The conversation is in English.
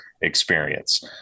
experience